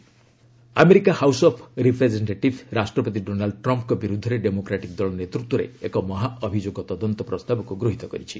US Trump America House of Representative ରାଷ୍ଟ୍ରପତି Donald ଟ୍ରମ୍ପଙ୍କ ବିରୁଦ୍ଧରେ ଡେମୋକ୍ରାଟିକ ଦଳ ନେତୃତ୍ୱରେ ଏକ ମହାଅଭିଯୋଗ ତଦନ୍ତ ପ୍ରସ୍ତାବକୁ ଗୃହୀତ କରିଛି